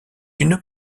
une